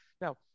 Now